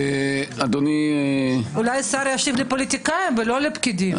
אולי השר ישיב לפוליטיקאים ולא לפקידים.